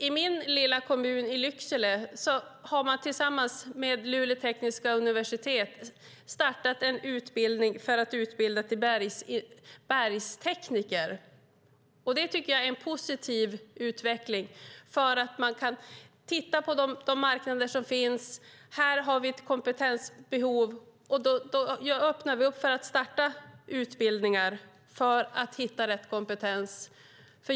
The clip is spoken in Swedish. I min lilla kommun, i Lycksele, har man tillsammans med Luleå tekniska universitet startat en utbildning för att utbilda till bergstekniker. Det tycker jag är en positiv utveckling. Man kan se på de marknader som finns och säga: Här finns det ett kompetensbehov, och då öppnar vi upp för att starta utbildningar för att ordna rätt kompetens.